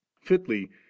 Fitly